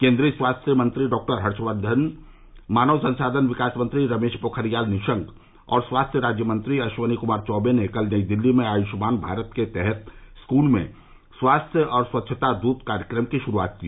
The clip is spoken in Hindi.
केन्द्रीय स्वास्थ्य मंत्री डॉक्टर हर्षवर्धन मानव संसाधन विकास मंत्री रमेश पोखरियाल निशंक और स्वास्थ्य राज्यमंत्री अश्विनी कुमार चौबे ने कल नई दिल्ली में आयुष्मान भारत के तहत स्कूल में स्वास्थ्य और स्वच्छता दूत कार्यक्रम की शुरूआत की